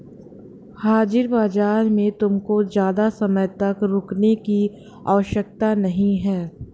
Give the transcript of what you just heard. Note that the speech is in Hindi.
हाजिर बाजार में तुमको ज़्यादा समय तक रुकने की आवश्यकता नहीं है